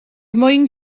mwyn